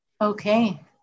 Okay